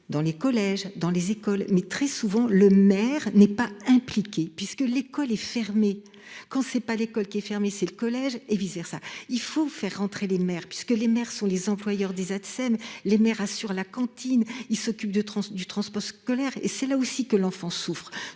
dans les collèges, dans les écoles mais très souvent, le maire n'est pas impliqué puisque l'école est fermée, quand c'est pas l'école qui est fermée, c'est le collège et vice-versa. Il faut faire rentrer les maires puisque les maires sont les employeurs, des Atsem les maires assure la cantine, il s'occupe de 30 du transport scolaire et c'est là aussi que l'enfant souffre